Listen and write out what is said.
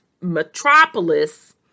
metropolis